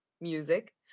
music